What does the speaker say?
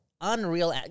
Unreal